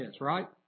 right